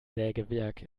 sägewerk